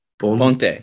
ponte